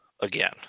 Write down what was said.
again